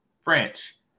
French